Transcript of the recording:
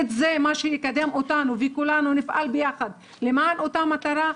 זה מה שיקדם אותנו וכולנו נפעל ביחד לאותה מטרה,